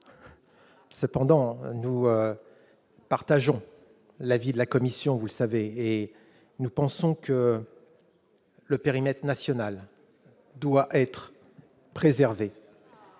cependant nous partageons l'avis de la commission, vous le savez, et nous pensons que le périmètre national doit être préservé.